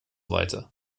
weiter